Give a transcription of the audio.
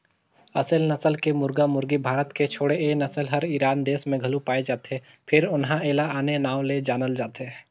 असेल नसल के मुरगा मुरगी भारत के छोड़े ए नसल हर ईरान देस में घलो पाये जाथे फेर उन्हा एला आने नांव ले जानल जाथे